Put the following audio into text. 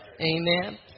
Amen